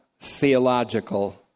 theological